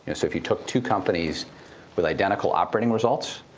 and so if you took two companies with identical operating results,